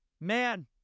Man